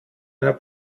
einer